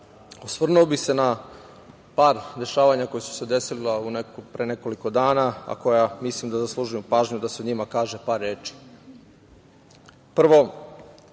osvrnuo bih se na par dešavanja koja su se desila pre nekoliko dana, a koja mislim da zaslužuju pažnju da se o njima kaže par reči. Prvo,